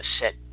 set